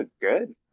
Good